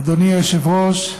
אדוני היושב-ראש,